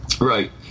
Right